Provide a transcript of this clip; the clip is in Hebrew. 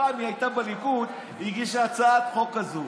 פעם היא הייתה בליכוד והיא הגישה הצעת חוק כזו.